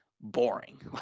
boring